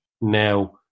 now